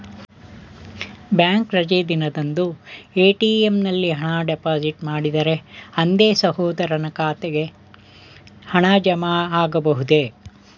Bank ರಜೆ ದಿನದಂದು ATM ನಲ್ಲಿ ಹಣ ಡಿಪಾಸಿಟ್ ಮಾಡಿದರೆ ಅಂದೇ ಸಹೋದರನ ಖಾತೆಗೆ ಹಣ ಜಮಾ ಆಗಬಹುದೇ?